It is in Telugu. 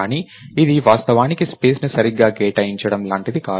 కానీ ఇది వాస్తవానికి స్పేస్ ని సరిగ్గా కేటాయించడం లాంటిది కాదు